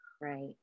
Right